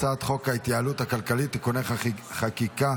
הצעת חוק ההתייעלות הכלכלית (תיקוני חקיקה